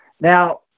Now